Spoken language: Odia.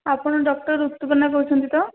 ଆପଣ ଡକ୍ଟର ଋତୁପର୍ଣ୍ଣା କହୁଛନ୍ତି ତ